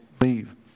leave